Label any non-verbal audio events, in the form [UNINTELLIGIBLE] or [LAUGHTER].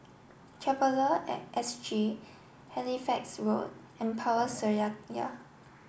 Traveller at S G Halifax Road and Power [UNINTELLIGIBLE]